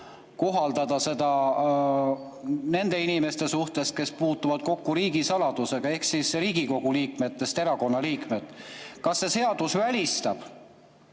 kohaldada seda nende inimeste suhtes, kes puutuvad kokku riigisaladusega, need on need Riigikogu liikmetest erakonnaliikmed. Kas see seadus välistab